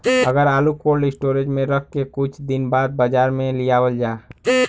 अगर आलू cold storage में रख के कुछ दिन बाद बाजार में लियावल जा?